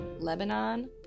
lebanon